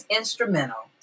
instrumental